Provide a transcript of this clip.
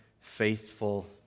faithful